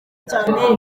cyane